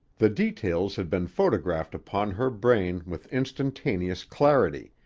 the details had been photographed upon her brain with instantaneous clarity,